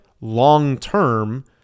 long-term